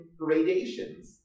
gradations